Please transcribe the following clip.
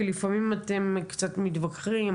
כי לפעמים אתם קצת מתווכחים,